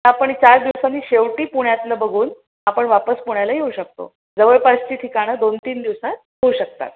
आपण चार दिवसांनी शेवटी पुण्यातलं बघून आपण वापस पुण्याला येऊ शकतो जवळपासची ठिकाणं दोन तीन दिवसात होऊ शकतात